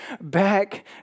back